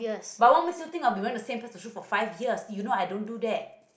but what makes you think i'll be wearing the same pairs of shoes for five years you know I don't do that